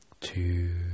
two